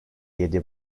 yedi